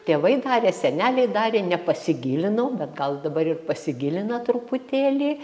tėvai darė seneliai darė nepasigilinau bet gal dabar ir pasigilina truputėlį